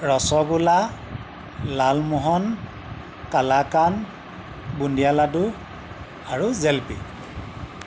ৰসগোল্লা লালমোহন কালাকান্দ বুন্দিয়া লাডু আৰু জিলাপি